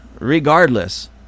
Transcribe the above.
Regardless